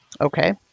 Okay